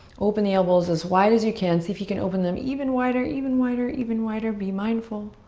open the elbows as wide as you can. see if you can open them even wider, even wider, even wider. be mindful.